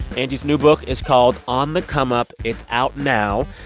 angie's new book is called on the come up. it's out now.